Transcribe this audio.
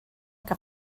que